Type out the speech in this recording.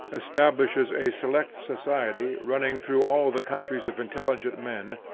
establishes a select society, running through all the countries of intelligent men,